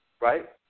right